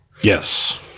Yes